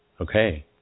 okay